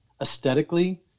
aesthetically